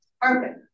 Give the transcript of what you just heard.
Perfect